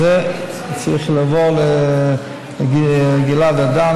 עם זה צריך לבוא לגלעד ארדן,